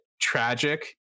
tragic